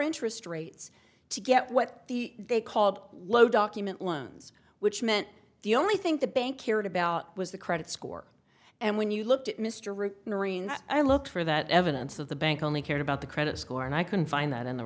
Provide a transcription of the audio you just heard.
interest rates to get what they called low document loans which meant the only think the bank cared about was the credit score and when you looked at mr root i looked for that evidence of the bank only cared about the credit score and i couldn't find that in the